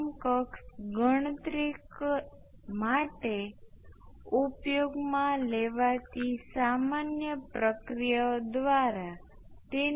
તેથી આ રીતે આપણે ટાઈમ કોંસ્ટંટની ગણતરી કરીશું હવે ઓપચારિક રીતે મૂલ્ય ચકાસો કે આ ખરેખર કેસ છે